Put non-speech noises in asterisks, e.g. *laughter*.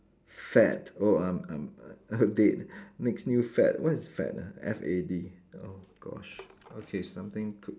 fad oh I'm I'm *laughs* I'm dead next new fad what is fad ah F A D oh gosh okay something could